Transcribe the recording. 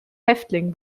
häftling